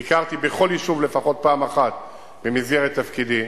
ביקרתי בכל יישוב לפחות פעם אחת במסגרת תפקידי,